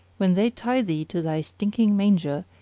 when they tie thee to thy stinking manger,